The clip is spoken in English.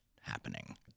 happening